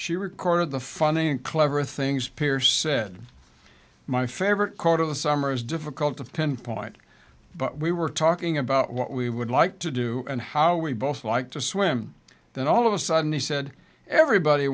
she recorded the funny and clever things pierce said my favorite quote of the summer is difficult to pinpoint but we were talking about what we would like to do and how we both like to swim that all of a sudden he said everybody